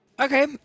okay